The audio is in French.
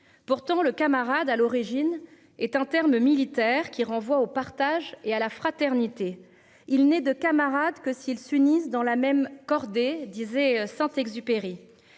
Pourtant, le camarade à l'origine est un terme militaire qui renvoie au partage et à la fraternité. Il n'est de camarades que s'ils s'unissent dans la même cordée disait Saint-Exupéry,